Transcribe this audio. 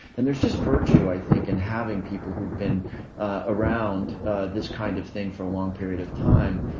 and there's just virtue i think and having people who've been around this kind of thing for a long period of time.